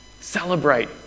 Celebrate